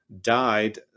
died